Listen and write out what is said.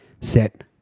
set